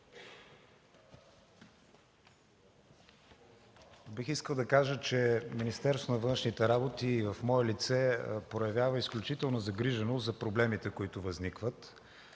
Бих искал да кажа, че Министерството на външните работи в мое лице проявява изключителна загриженост за възникващите